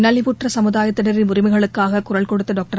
நலிவுற்ற சமுதாயத்தினரின் உரிமைகளுக்காக குரல் கொடுத்த டாக்டர்